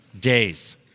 days